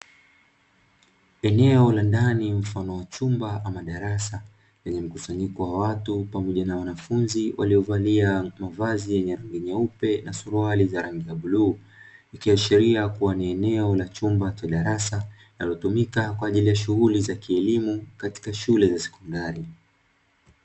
Eneo la ndani mfano wa chumba ama madarasa lenye mkusanyiko wa watu pamoja na wanafunzi waliovalia mavazi yenye rangi nyeupe na suruali za rangi ya bluu, ikiashiria kuwa ni eneo la chumba cha darasa linalo tumika kwa ajili ya shughuli za kielimu katika shule za sekondari.